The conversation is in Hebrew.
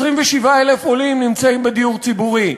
27,000 עולים נמצאים בדיור ציבורי.